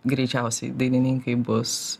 greičiausiai dainininkai bus